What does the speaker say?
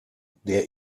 der